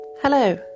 Hello